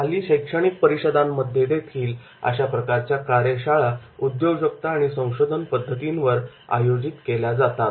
हल्ली शैक्षणिक परिषदांमध्येदेखील अशा प्रकारच्या कार्यशाळा उद्योजकता आणि संशोधन पद्धतींवर आयोजित केल्या जातात